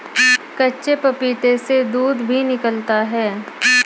कच्चे पपीते से दूध भी निकलता है